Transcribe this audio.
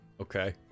okay